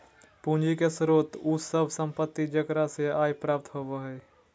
पूंजी के स्रोत उ सब संपत्ति जेकरा से आय प्राप्त होबो हइ